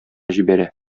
җибәрә